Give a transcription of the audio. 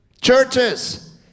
Churches